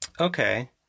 Okay